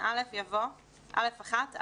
"בגילאי לידה עד 3" יבוא: "או של תלמידי כיתות א' עד